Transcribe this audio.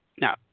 Now